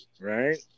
right